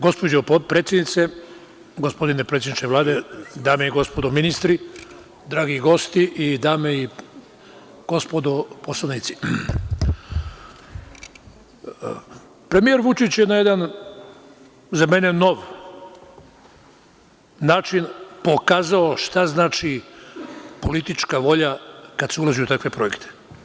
Gospođo potpredsednice, gospodine predsedniče Vlade, dame i gospodo ministri, dragi gosti, dame i gospodo narodni poslanici, premijer Vučić je na jedan, za mene nov, način pokazao šta znači politička volja kada se ulazi u takve projekte.